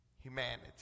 humanity